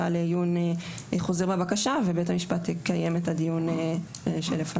לעיון חוזר בבקשה ובית המשפט יקיים את הדיון שלפניו.